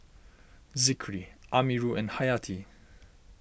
Zikri Amirul and Hayati